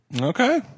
Okay